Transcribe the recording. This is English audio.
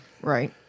Right